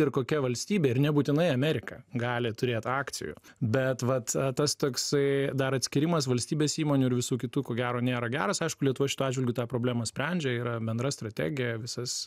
ir kokia valstybė ir nebūtinai amerika gali turėt akcijų bet vat tas toksai dar atskyrimas valstybės įmonių ir visų kitų ko gero nėra geras aišku lietuva šituo atžvilgiu tą problemą sprendžia yra bendra strategija visas